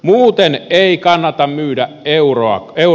muuten ei kannata myydä eurollakaan